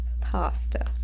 pasta